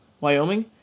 Wyoming